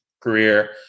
career